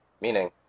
Meaning